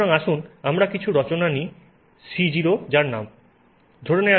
সুতরাং আসুন আমরা কিছু রচনা C0 নিই